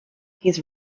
his